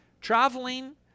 traveling